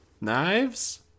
Knives